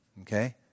okay